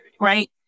right